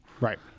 Right